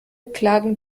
klagen